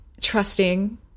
trusting